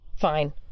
Fine